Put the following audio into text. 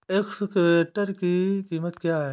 Excavator की कीमत क्या है?